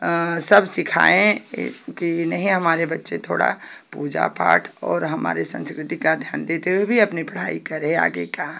सब सिखाएँ कि नहीं हमारे बच्चे थोड़ा पूजा पाठ और हमारे संस्कृति का ध्यान देते हुए भी अपनी पढ़ाई करे आगे का